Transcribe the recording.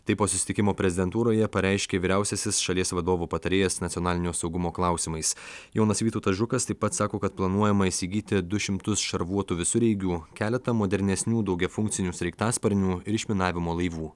taip po susitikimo prezidentūroje pareiškė vyriausiasis šalies vadovo patarėjas nacionalinio saugumo klausimais jonas vytautas žukas taip pat sako kad planuojama įsigyti du šimtus šarvuotų visureigių keletą modernesnių daugiafunkcinių sraigtasparnių ir išminavimo laivų